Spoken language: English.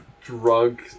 drug